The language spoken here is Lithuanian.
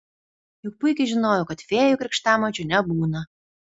juk puikiai žinojau kad fėjų krikštamočių nebūna